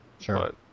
Sure